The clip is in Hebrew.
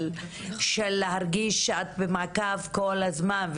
גם לצוות המקלט וגם לנשים שנמצאות במקלט.